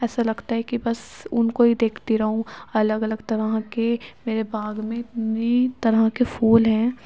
ایسا لگتا ہے کہ بس ان کو ہی دیکھتی رہوں الگ الگ طرح کے میرے باغ میں طرح کے پھول ہیں